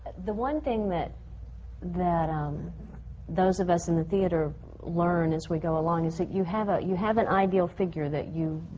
the one thing that that um those of us in the theatre learn as we go along is that you have ah you have an ideal figure that you